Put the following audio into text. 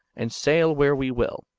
and sail where we will.